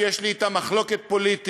שיש לי אתם מחלוקת פוליטית,